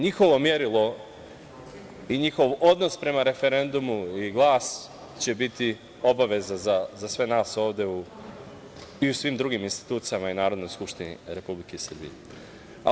Njihovo merilo i njihov odnos prema referendumu i glas će biti obaveza za sve nas ovde i u svim drugim institucijama i Narodnoj skupštini Republike Srbije.